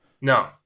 No